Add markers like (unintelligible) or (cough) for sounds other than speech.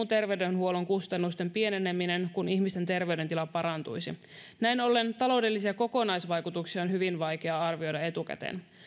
(unintelligible) terveydenhuollon kustannusten pieneneminen kun ihmisten terveydentila parantuisi näin ollen taloudellisia kokonaisvaikutuksia on hyvin vaikea arvioida etukäteen